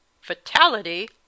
Fatality